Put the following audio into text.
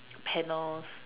panels